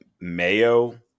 mayo